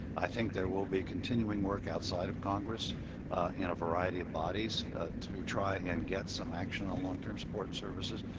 i think there will be continuing work outside of congress in a variety of bodies to try and get some action on long term support and services.